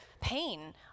pain